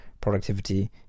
productivity